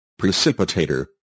Precipitator